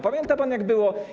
Pamięta pan, jak było?